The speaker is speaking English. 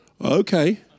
Okay